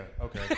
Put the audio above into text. okay